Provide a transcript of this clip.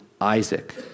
Isaac